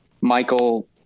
Michael